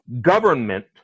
government